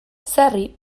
sarri